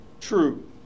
true